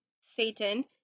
Satan